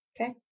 Okay